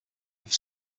have